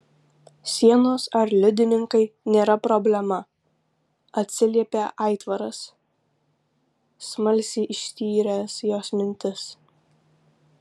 sienos ar liudininkai nėra problema atsiliepė aitvaras smalsiai ištyręs jos mintis